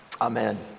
Amen